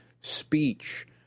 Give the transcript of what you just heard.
speech